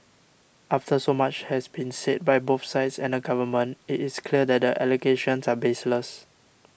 after so much has been said by both sides and the Government it is clear that the allegations are baseless